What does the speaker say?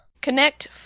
Connect